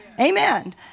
Amen